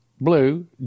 blue